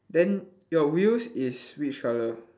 then your wheels is which colour